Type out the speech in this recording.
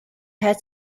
had